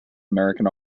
american